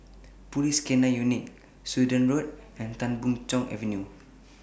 Police K nine Unit Sudan Road and Tan Boon Chong Avenue